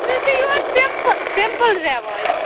اَسہِ حَظ چھِ یہے سِمپٕل سِمپٕل زیواج